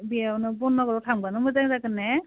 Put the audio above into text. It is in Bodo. बेयावनो बर्नगाव थांब्लानो मोजां जागोन ने